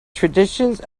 traditions